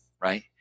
right